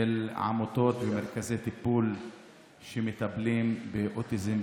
של עמותות ומרכזי טיפול שמטפלים באוטיזם,